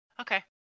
Okay